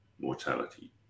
mortality